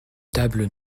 tables